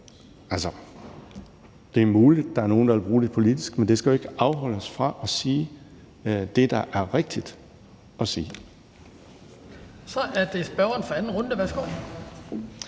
Det er muligt, at der er nogle, der vil bruge det politisk, men det skal jo ikke afholde os fra at sige det, der er rigtigt at sige. Kl. 15:26 Den fg. formand (Hans